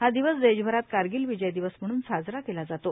हा दिवस देशभरात कारगिल विजय दिवस म्हणून साजरा केला जातो